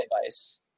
advice